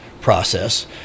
Process